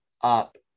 up